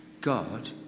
God